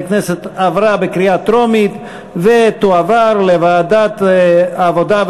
הכנסת עברה בקריאה טרומית ותועבר לוועדת העבודה,